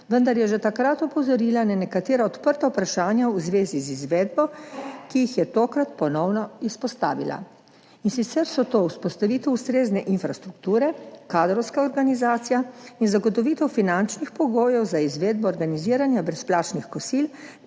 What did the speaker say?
vendar je že takrat opozorila na nekatera odprta vprašanja v zvezi z izvedbo, ki jih je tokrat ponovno izpostavila, in sicer so to vzpostavitev ustrezne infrastrukture, kadrovska organizacija in zagotovitev finančnih pogojev za izvedbo organiziranja brezplačnih kosil